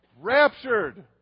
raptured